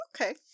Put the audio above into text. Okay